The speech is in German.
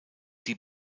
die